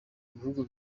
bihugu